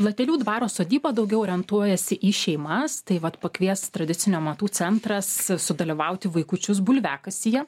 platelių dvaro sodyba daugiau orientuojasi į šeimas tai vat pakvies tradicinių amatų centras sudalyvauti vaikučius bulviakasyje